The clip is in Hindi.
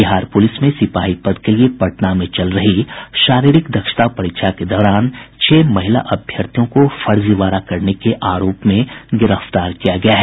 बिहार पुलिस में सिपाही पद के लिये पटना में चल रही शारीरिक दक्षता परीक्षा के दौरान छह महिला अभ्यर्थियों को फर्जीवाड़ा करने के आरोप में गिरफ्तार किया गया है